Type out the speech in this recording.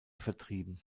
vertrieben